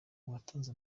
uwatanze